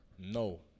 No